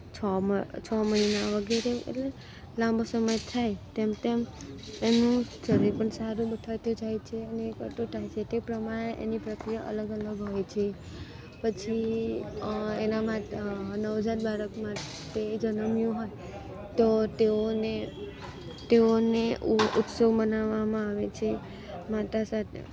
છ મહિના વગેરે એટલે લાંબો સમય થાય તેમ તેમ એનું શરીર પણ સારું બતાતું જાય છે અને એ વધતું જાય છે તે પ્રમાણે એની પ્રક્રિયા અલગ અલગ હોય છે પછી એનામાં નવજાત બાળક માટે જન્મ્યું હોય તો તેઓને તેઓને ઉત્સવ મનાવામાં આવે છે માતા સાથે